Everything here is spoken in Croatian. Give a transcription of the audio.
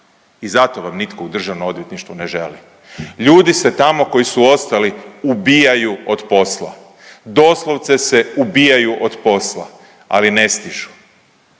I zato vam nitko u Državno odvjetništvo ne želi. Ljudi se tamo koji su ostali ubijaju od posla, doslovce se ubijaju od posla, ali ne stižu.